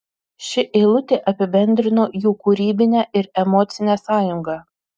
ši eilutė apibendrino jų kūrybinę ir emocinę sąjungą